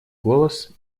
голос